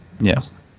Yes